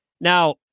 Now